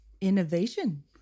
Innovation